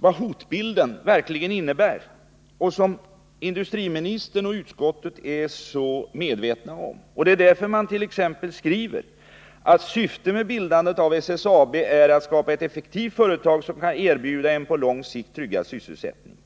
vad hotbilden i Hagfors verkligen innebär, vilket industriministern och utskottet är så medvetna om. Det är därför man t.ex. skriver: Syftet med bildandet av SSAB är att skapa etteffektivt företag som kan erbjuda en på lång sikt trygg sysselsättning.